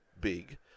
big